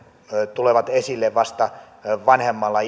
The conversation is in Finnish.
tulevat esille vasta vanhemmalla